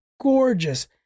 gorgeous